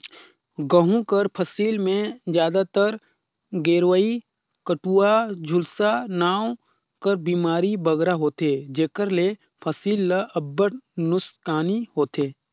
गहूँ कर फसिल में जादातर गेरूई, कंडुवा, झुलसा नांव कर बेमारी बगरा होथे जेकर ले फसिल ल अब्बड़ नोसकानी होथे